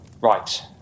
Right